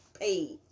paid